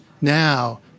now